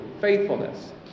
faithfulness